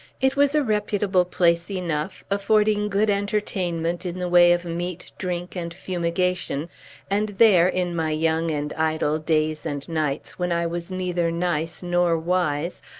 it was a reputable place enough, affording good entertainment in the way of meat, drink, and fumigation and there, in my young and idle days and nights, when i was neither nice nor wise,